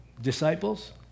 Disciples